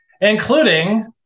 including